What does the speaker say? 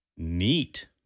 Neat